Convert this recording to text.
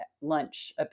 lunch